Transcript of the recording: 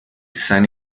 san